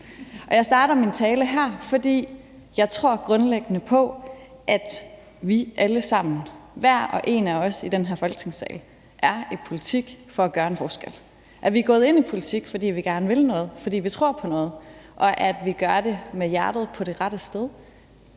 jeg starter min tale her, så er det, fordi jeg grundlæggende tror på, at vi alle sammen – hver og en af os – i den her Folketingssal er i politik for at gøre en forskel, at vi er gået ind i politik, fordi vi gerne vil noget, fordi vi tror på noget, og at vi gør det med hjertet på det rette sted,